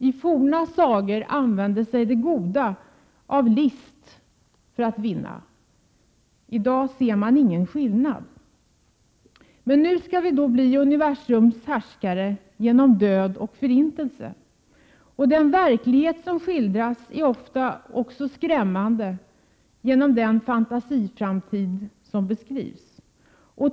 I forna tiders sagor använde sig det goda av list för att vinna. I dag är det i detta avseende ingen skillnad mellan det onda och det goda. Nu skall vi bli universums härskare genom död och förintelse. Den verklighet som skildras är oftast skrämmande också genom den fantasiframtid som beskrivs.